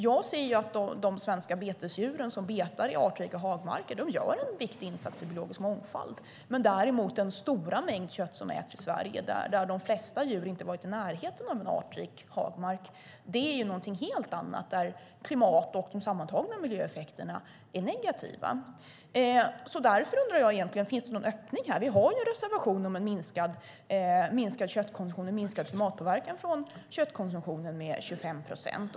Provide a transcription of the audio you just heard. Jag ser att de svenska betesdjur som betar i artrika hagmarker gör en viktig insats för biologisk mångfald. Men när det gäller den stora mängd kött som äts i Sverige, där de flesta djur inte varit i närheten av en artrik hagmark, är det någonting helt annat. Där är klimateffekterna och de sammantagna miljöeffekterna negativa. Därför undrar jag egentligen: Finns det någon öppning här? Vi har en reservation om en minskad köttkonsumtion och en minskad klimatpåverkan från köttkonsumtionen med 25 procent.